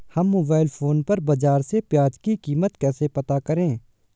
हम mobile phone पर बाज़ार में प्याज़ की कीमत कैसे पता करें?